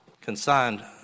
consigned